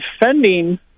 defending